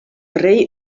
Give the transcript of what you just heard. rei